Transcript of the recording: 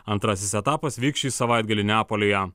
antrasis etapas vyks šį savaitgalį neapolyje